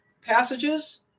passages